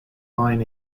lion